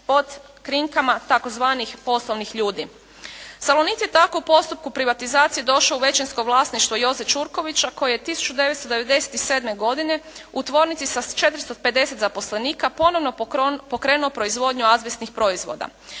pod krinkama tzv. poslovnih ljudi. "Salonit" je tkao u postupku privatizacije došao u većinsko vlasništvo Joze Ćurkovića koji je 1997. godine u tvornici sa 450 zaposlenika ponovo pokrenuo proizvodnju azbestnih proizvoda.